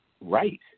right